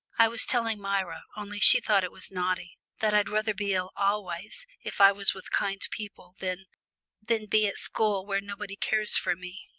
i was telling myra, only she thought it was naughty, that i'd rather be ill always if i was with kind people, than than be at school where nobody cares for me.